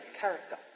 character